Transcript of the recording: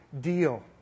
deal